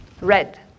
red